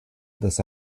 this